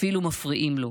הם אפילו מפריעים לו.